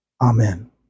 Amen